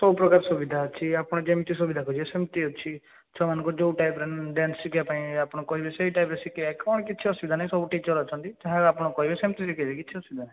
ସବୁପ୍ରକାର ସୁବିଧା ଅଛି ଆପଣ ଯେମିତି ସୁବିଧା ଖୋଜିବେ ସେମିତି ଅଛି ଛୁଆମାନଙ୍କୁ ଯୋଉ ଟାଇପ୍ ର ଡ୍ୟାନ୍ସ ଶିଖେଇବାପାଇଁ ଆପଣ କହିବେ ସେଇ ଟାଇପ୍ ର ଶିଖେଇବା କଣ କିଛି ଅସୁବିଧା ନାହିଁ ସବୁ ଟିଚର୍ ଅଛନ୍ତି ଯାହା ଆପଣ କହିବେ ସେମିତି ଶିଖେଇବେ କିଛି ଅସୁବିଧା ନାହିଁ